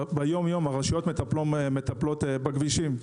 שהרשויות מטפלות בכבישים.